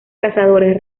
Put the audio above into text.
cazadores